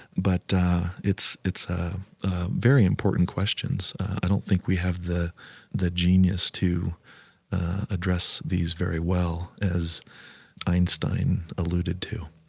but it's it's very important questions. i don't think we have the the genius to address these very well, as einstein alluded to